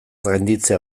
gainditzea